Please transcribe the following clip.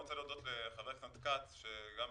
אני רוצה להודות לחבר הכנסת כץ שהקדיש